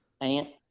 Aunt